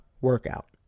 workout